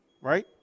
right